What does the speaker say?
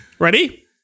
Ready